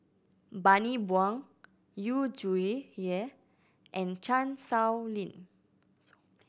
Bani Buang Yu Zhuye and Chan Sow Lin